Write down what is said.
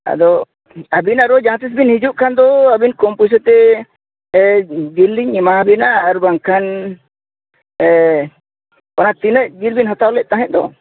ᱟᱫᱚ ᱟᱹᱵᱤᱱ ᱟᱨᱚ ᱡᱟᱦᱟᱸᱛᱤᱥᱵᱮᱱ ᱦᱤᱡᱩᱜ ᱠᱷᱟᱱᱫᱚ ᱟᱵᱤᱱ ᱠᱚᱢ ᱯᱚᱭᱥᱟᱛᱮ ᱥᱮ ᱡᱤᱞ ᱞᱤᱧ ᱮᱢᱟᱣᱟᱵᱮᱱᱟ ᱟᱨ ᱵᱟᱝᱠᱷᱟᱱ ᱚᱱᱟ ᱛᱤᱱᱟᱹᱜ ᱡᱤᱞᱵᱤᱱ ᱦᱟᱛᱟᱣᱞᱮᱫ ᱛᱟᱦᱮᱸᱫ ᱫᱚ